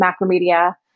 Macromedia